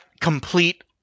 complete